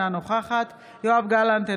אינה נוכחת יואב גלנט,